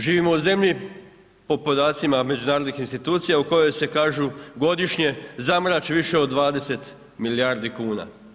Živimo u zemlji po podacima međunarodnih institucija u kojoj se kažu godišnje zamrači više od 20 milijardi kuna.